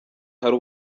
hari